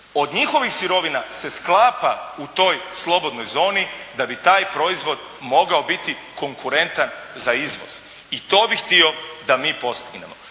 od njihovih sirovina se sklapa u toj slobodnoj zoni da bi taj proizvod mogao biti konkurentan za izvoz i to bi htio da mi postignemo.